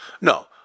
no